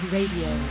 Radio